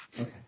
okay